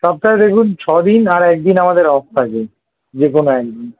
সপ্তাহে দেখুন ছ দিন আর এক দিন আমাদের অফ থাকে যে কোনো এক দিন